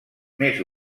més